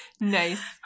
Nice